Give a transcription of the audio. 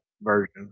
version